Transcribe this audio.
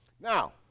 Now